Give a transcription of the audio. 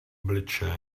obličeje